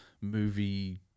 movie